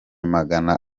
magana